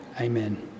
Amen